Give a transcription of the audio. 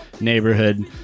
neighborhood